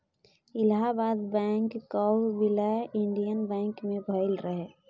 Allahabad bank कअ विलय Indian bank मे भयल रहे